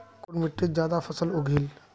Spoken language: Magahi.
कुन मिट्टी ज्यादा फसल उगहिल?